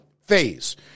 phase